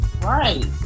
Right